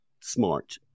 smart